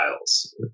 files